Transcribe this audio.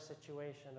situation